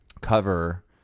cover